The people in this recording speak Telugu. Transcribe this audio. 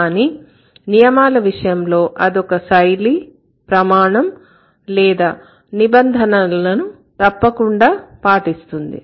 కానీ నియమాల విషయంలో అది ఒక శైలి ప్రమాణం లేదా నిబంధనలను తప్పకుండా పాటిస్తుంది